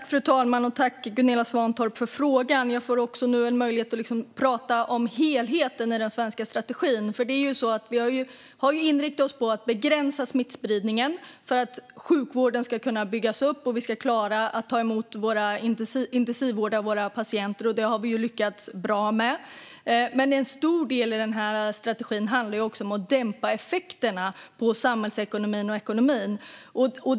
Fru talman! Tack för frågan, Gunilla Svantorp! Jag får nu en möjlighet att tala om helheten i den svenska strategin. Vi har ju inriktat oss på att begränsa smittspridningen för att sjukvården ska kunna byggas upp och för att vi ska klara att ta emot och intensivvårda våra patienter. Det har vi lyckats bra med. Men en stor del i strategin handlar också om att dämpa effekterna på samhällsekonomin.